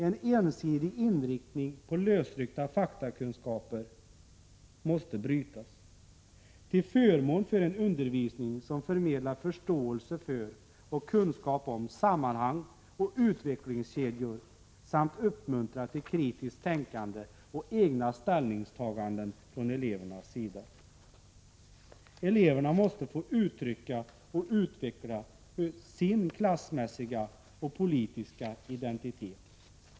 En ensidig inriktning på lösryckta faktakunskaper måste brytas, till förmån för en undervisning som förmedlar förståelse för och kunskaper om sammanhang och utvecklingskedjor samt uppmuntrar till kritiskt tänkande och egna ställningstaganden från elevernas sida. Eleverna måste få uttrycka och utveckla sin klassmässiga och politiska identitet.